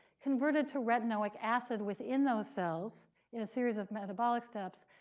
converted to retinoic acid within those cells in a series of metabolic steps.